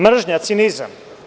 Mržnja, cinizam.